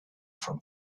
from